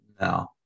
No